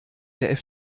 der